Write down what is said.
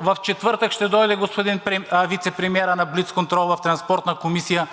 В четвъртък ще дойде господин Вицепремиерът на блиц контрол в